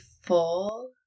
full